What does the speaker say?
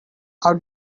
how